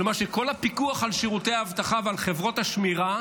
כלומר שכל הפיקוח על שירותי האבטחה ועל חברות השמירה